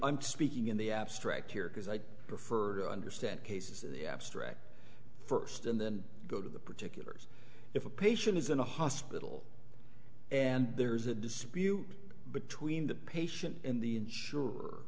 i'm speaking in the abstract here because i prefer to understand cases in the abstract first and then go to the particulars if a patient is in a hospital and there is a dispute between the patient in